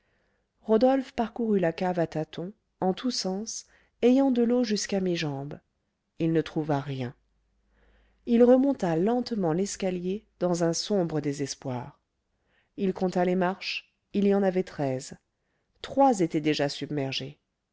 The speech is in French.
rodolphe parcourut la cave à tâtons en tous sens ayant de l'eau jusqu'à mi-jambe il ne trouva rien il remonta lentement l'escalier dans un sombre désespoir il compta les marches il y en avait treize trois étaient déjà submergées